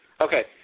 Okay